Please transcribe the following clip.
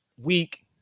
week